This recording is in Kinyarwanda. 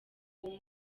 uwo